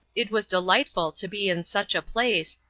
it was delightful to be in such a place,